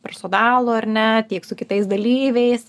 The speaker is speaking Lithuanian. personalu ar ne tiek su kitais dalyviais